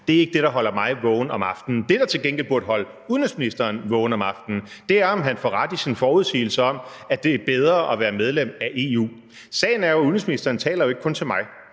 Det er ikke det, der holder mig vågen om aftenen. Det, der til gengæld burde holde udenrigsministeren vågen om aftenen, er jo, om han får ret i sin forudsigelse om, at det er bedre at være medlem af EU. Sagen er jo, at udenrigsministeren ikke kun taler